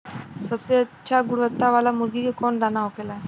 सबसे अच्छा गुणवत्ता वाला मुर्गी के कौन दाना होखेला?